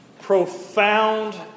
profound